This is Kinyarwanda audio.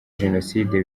jenoside